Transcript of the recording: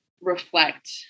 reflect